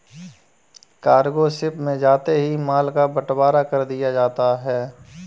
cargo ship में जाते ही माल का बंटवारा कर दिया जाता है